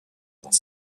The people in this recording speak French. dans